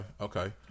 okay